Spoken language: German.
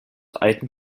alten